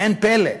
ואין פלא,